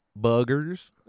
Buggers